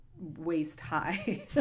waist-high